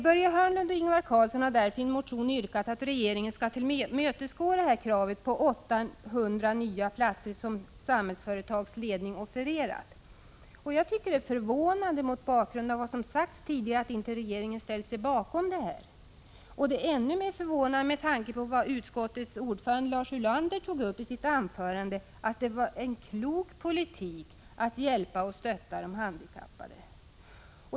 Börje Hörnlund och Ingvar Karlsson i Bengtsfors har därför i en motion yrkat att regeringen skall tillmötesgå det krav på 800 nya platser som Samhällsföretags ledning offererat. Det är förvånande mot bakgrund av vad som sagts tidigare att inte regeringen ställt sig bakom detta. Det är ännu mer förvånande med tanke på vad utskottets ordförande Lars Ulander sade i sitt anförande om att det var en klok politik att hjälpa och stötta de handikappade.